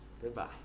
Goodbye